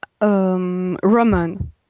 roman